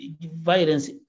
violence